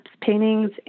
paintings